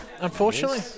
unfortunately